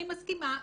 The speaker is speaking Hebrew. אני מסכימה.